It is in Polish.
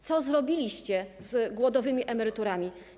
Co zrobiliście z głodowymi emeryturami?